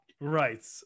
right